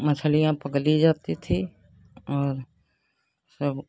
मछलियाँ पकड़ी जाती थी और सब